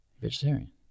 Vegetarian